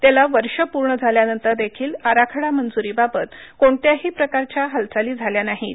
त्याला वर्ष पूर्ण झाल्यानंतरदेखील आराखडा मंज्रीबाबत कोणत्याही प्रकारच्या हालचाली झाल्या नाहीत